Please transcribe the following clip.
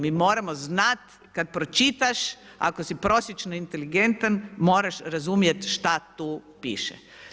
Mi moramo znati, kada pročitaš, ako si prosječno inteligentan, moraš razumjeti šta tu piše.